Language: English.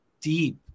deep